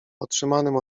otrzymanym